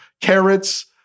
carrots